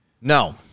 No